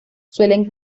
suelen